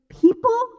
people